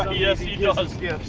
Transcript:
yeah days he gives